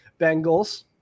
bengals